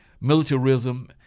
militarism